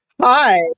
Hi